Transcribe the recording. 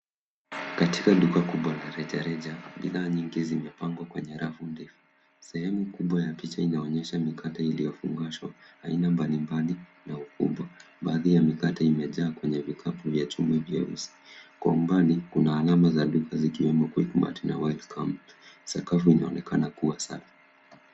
Katika dua kubwa la rejareja bidhaa nyingi zimepangwa kwenye rafu ndefu, sehemu kubwa ya picha inaonyesha mikate iliyofungwashwa aina mbali mbali na ukubwa. Baadhi ya mikate imejaa kwenye vikapu vya chuma vyeusi, kwa umbali kuna alama za duka zikiwemo Quick Matt na Wids Farm. Sakafu inaonekana kua safi.